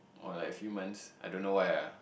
or like few months I don't know why ah